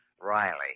riley